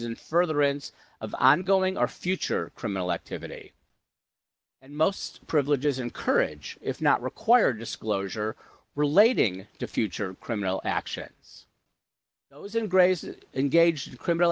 and further ends of ongoing our future criminal activity and most privileges in courage if not require disclosure relating to future criminal actions those in gray's engaged in criminal